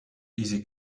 easy